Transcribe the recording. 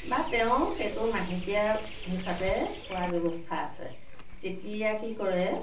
বা তেওঁৰ সেইটো মাহেকীয়া হিচাপে খোৱাৰ ব্যৱস্থা আছে তেতিয়া কি কৰে